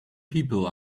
people